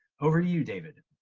over to you david.